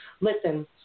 Listen